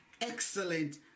excellent